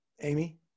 amy